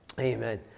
Amen